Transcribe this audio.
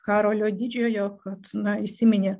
karolio didžiojo kad na įsiminė